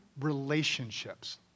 relationships